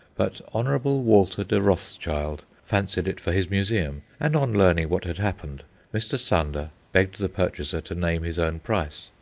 but hon. walter de rothschild fancied it for his museum, and on learning what had happened mr. sander begged the purchaser to name his own price.